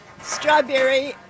strawberry